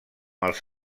els